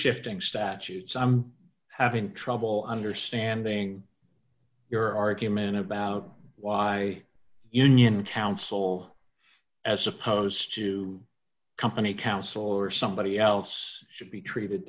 shifting statutes i'm having trouble understanding your argument about why union counsel as opposed to company counsel or somebody else should be